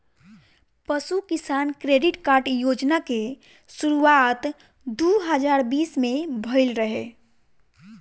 पशु किसान credit card योजना के शुरुआत दू हज़ार बीस में भइल रहे